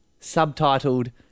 Subtitled